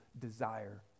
desire